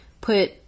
put